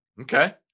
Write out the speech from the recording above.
okay